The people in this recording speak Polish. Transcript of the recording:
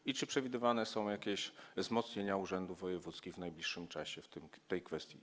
I czy przewidywane są jakieś wzmocnienia urzędów wojewódzkich w najbliższym czasie w tej kwestii?